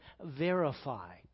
verify